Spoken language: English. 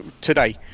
today